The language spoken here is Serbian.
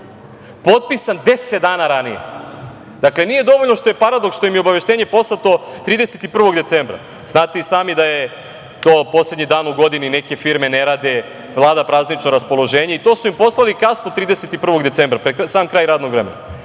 popisan 10 dana ranije. Dakle, nije dovoljno što je paradoks što im je obaveštenje poslati 31. decembra. Znate i sami da je to poslednji dan u godini neke firme ne rade, vlada praznično raspoloženje i to su im poslali kasno 31. decembra, pred sam kraj radnog vremena.